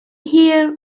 here